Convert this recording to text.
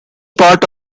part